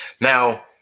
Now